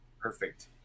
perfect